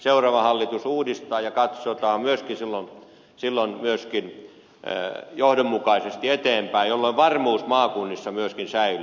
seuraava hallitus uudistaa ja silloin katsotaan myöskin johdonmukaisesti eteenpäin jolloin varmuus maakunnissa myöskin säilyy